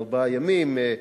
ארבעה ימים,